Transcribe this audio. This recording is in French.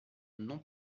non